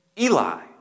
Eli